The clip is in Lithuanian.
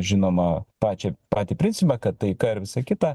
žinoma pačią patį principą kad taika ir visa kita